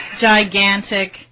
gigantic